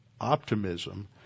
optimism